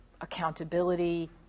accountability